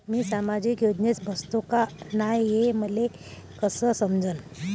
मी सामाजिक योजनेत बसतो का नाय, हे मले कस समजन?